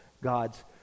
God's